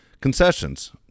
Concessions